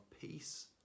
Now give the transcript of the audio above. peace